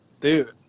Dude